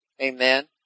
Amen